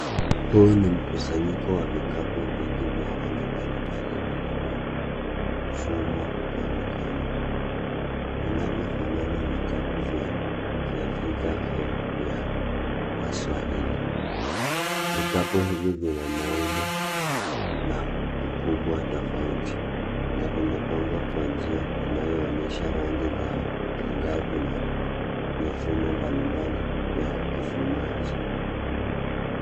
Huu ni mkusanyiko wa vikapu vingi vya rangi mbalimbali vilivyofumwa kwa mikono, vinavyofanana vikapu vya kiafrika au vya waswahili. Vikapu hivi vina maumbo na ukubwa tofauti, na vimepangwa kwa njia inayoonyesha rangi zao angavu na mafumo mbalimbali ya ufumaji.